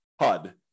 HUD